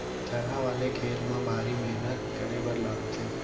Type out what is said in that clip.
थरहा वाले खेत म भारी मेहनत करे बर लागथे